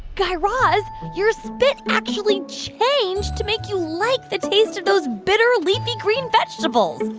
guy raz, your spit actually changed to make you like the taste of those bitter, leafy-green vegetables.